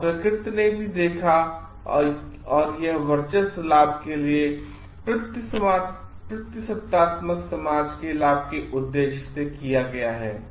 और प्रकृति ने भीदेखाऔर यह वर्चस्व लाभ के लिए या पितृसत्तात्मक समाज के लाभ के उद्देश्य से किया गया है